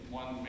one